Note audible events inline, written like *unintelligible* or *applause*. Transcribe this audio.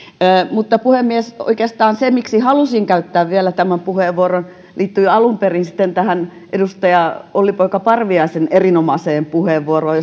mutta puhemies oikeastaan se miksi halusin käyttää vielä tämän puheenvuoron liittyi alun perin edustaja olli poika parviaisen erinomaiseen puheenvuoroon *unintelligible*